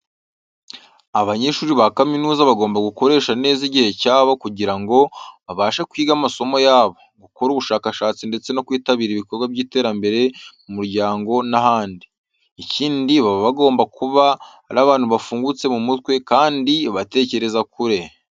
Abanyeshuri ba kaminuza bagomba gukoresha neza igihe cyabo kugira ngo babashe kwiga amasomo yabo, gukora ubushakashatsi ndetse no kwitabira ibikorwa by'iterambere mu muryango n'ahandi. Ikindi baba bagomba kuba ari abantu bafungutse mu mutwe kandi batekereza kure.